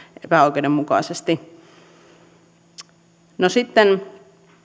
epäoikeudenmukaisesti sitten